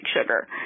sugar